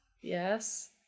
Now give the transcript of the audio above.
Yes